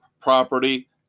property